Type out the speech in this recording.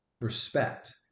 respect